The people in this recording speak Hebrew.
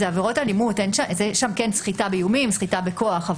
יש שם סחיטה באיומים, סחיטה בכוח.